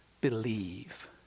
believe